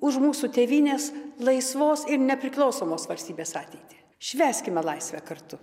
už mūsų tėvynės laisvos ir nepriklausomos valstybės ateitį švęskime laisvę kartu